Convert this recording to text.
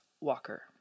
Walker